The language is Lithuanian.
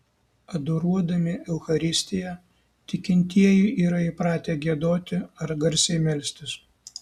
adoruodami eucharistiją tikintieji yra įpratę giedoti ar garsiai melstis